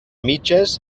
mitges